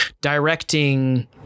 directing